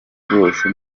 bwose